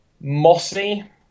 Mossy